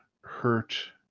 hurt